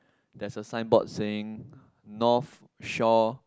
there's a sign board saying North Shore